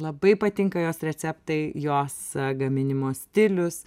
labai patinka jos receptai jos gaminimo stilius